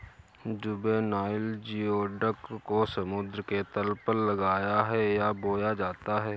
juvenile geoduck को समुद्र के तल पर लगाया है या बोया जाता है